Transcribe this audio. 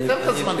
לקצר את הזמנים.